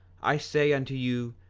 i say unto you,